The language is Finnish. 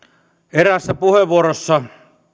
eräässä puheenvuorossa